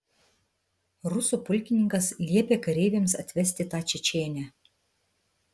rusų pulkininkas liepė kareiviams atvesti tą čečėnę